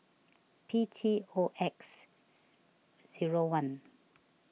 P T O X zero one